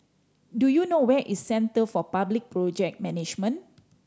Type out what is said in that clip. do you know where is Centre for Public Project Management